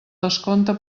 descompte